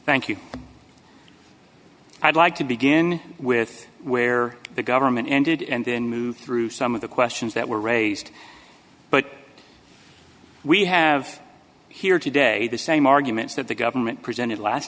thank you i'd like to begin with where the government ended and then move through some of the questions that were raised but we have here today the same arguments that the government presented last